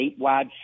statewide